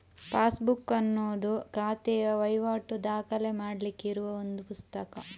passbook ಅನ್ನುದು ಖಾತೆಯ ವೈವಾಟು ದಾಖಲೆ ಮಾಡ್ಲಿಕ್ಕೆ ಇರುವ ಒಂದು ಪುಸ್ತಕ